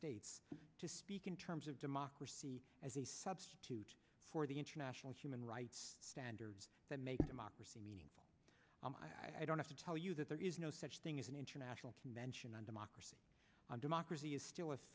states to speak in terms of democracy as a substitute for the international human rights standards that make democracy meaning i don't have to tell you that there is no such thing as an international convention on democracy and democracy is still